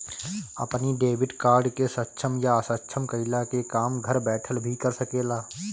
अपनी debit card के सक्षम या असक्षम कईला के काम घर बैठल भी कर सकेला